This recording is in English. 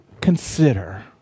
consider